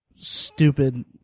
stupid